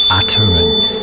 utterance